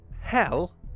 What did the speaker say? Hell